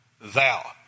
Thou